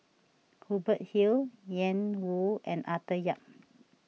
Hubert Hill Ian Woo and Arthur Yap